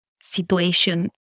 situation